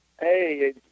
Hey